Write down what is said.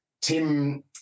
tim